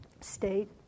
state